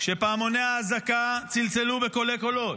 כשפעמוני האזעקה צלצלו בקולי קולות,